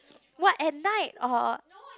what at night or